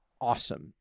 awesome